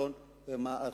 האחריות היא של מערכת החינוך.